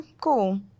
cool